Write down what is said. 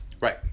Right